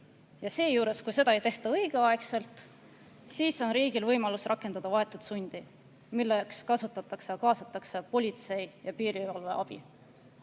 Ja seejuures, kui seda ei tehta õigeaegselt, siis on riigil võimalus rakendada vahetut sundi, milleks kaasatakse politsei ja piirivalve.